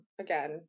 again